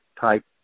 type